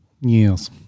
Yes